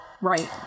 Right